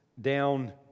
down